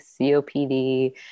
COPD